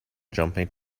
jumping